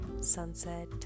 sunset